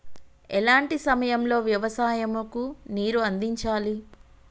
ఎలాంటి సమయం లో వ్యవసాయము కు నీరు అందించాలి?